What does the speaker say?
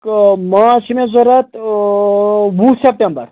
کہٕ ماز چھ مےٚ ضوٚرَتھ آ وُہ سٮ۪پٹمبَر